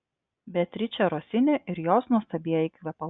beatričė rosini ir jos nuostabieji kvepalai